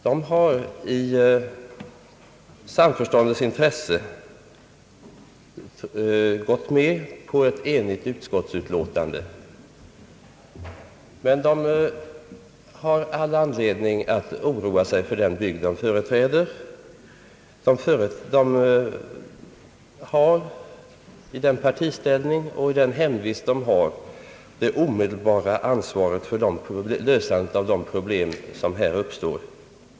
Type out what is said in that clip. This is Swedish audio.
De har i samförståndets intresse gått med på ett enhälligt utskottsutlåtande, men de har all anledning att oroa sig för den bygd som de företräder. De har i sin partiställning och med sin hemvist det omedelbara an svaret för lösandet av de problem som här uppstår.